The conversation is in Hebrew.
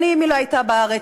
שנים היא לא הייתה בארץ,